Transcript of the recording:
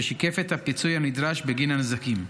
ששיקף את הפיצוי הנדרש בגין הנזקים.